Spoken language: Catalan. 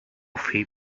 fill